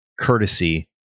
courtesy